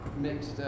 mixed